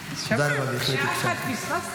חמש דקות.